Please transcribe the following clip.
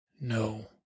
No